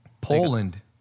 Poland